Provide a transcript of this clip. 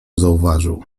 zauważył